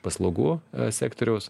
paslaugų sektoriaus